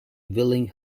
willing